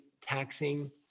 taxing